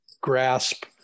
grasp